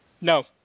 No